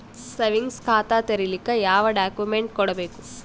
Savings ಖಾತಾ ತೇರಿಲಿಕ ಯಾವ ಡಾಕ್ಯುಮೆಂಟ್ ಕೊಡಬೇಕು?